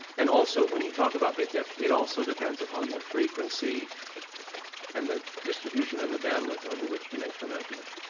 and also, when you talk about bit depth, it also depends upon the frequency and the distribution and the bandwidth over which you make the measurement.